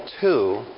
two